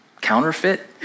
counterfeit